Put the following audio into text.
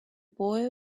boy